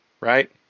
Right